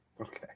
Okay